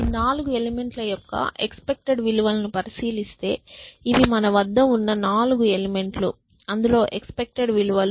ఈ 4 ఎలిమెంట్ ల యొక్క ఎక్స్పెక్టెడ్ విలువలను పరిశీలిస్తే ఇవి మన వద్ద ఉన్న 4 ఎలిమెంట్ లు అందులో ఎక్స్పెక్టెడ్ విలువలు మొదటిదానికి 0